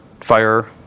fire